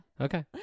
Okay